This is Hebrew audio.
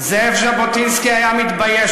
תתבייש